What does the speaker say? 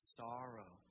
sorrow